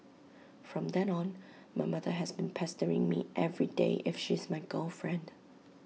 from then on my mother has been pestering me everyday if she's my girlfriend